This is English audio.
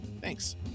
Thanks